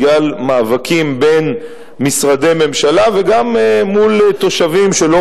בגלל מאבקים בין משרדי ממשלה וגם מול תושבים שלא